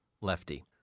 Lefty